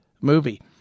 movie